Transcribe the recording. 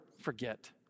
forget